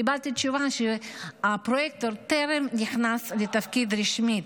קיבלתי תשובה שהפרויקטור טרם נכנס לתפקיד רשמי.